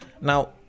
Now